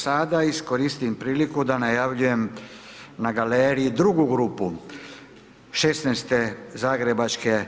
Sada iskoristim priliku, da najavljujem na galeriji drugu grupu 16. zagrebačke